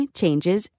changes